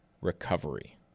recovery